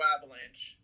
Avalanche